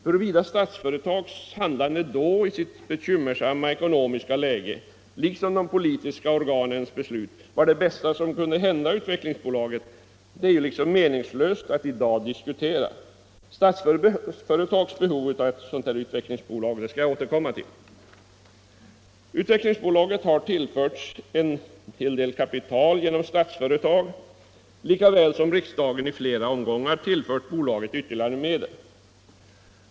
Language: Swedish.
Huruvida Statsföretags handlande i bolagets dåvarande bekymmersamma ekonomiska läge liksom de politiska organens beslut var det bästa som kunde hända Utvecklingsbolaget, är meningslöst att i dag diskutera. Statsföretags behov av ett utvecklingsbolag återkommer jag till. Utvecklingsbolaget har tillförts en hel del kapital genom Statsföretag, lika väl som riksdagen i flera omgångar tillfört bolaget ytterligare medel.